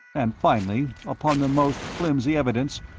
and finally, upon the most flimsy evidence,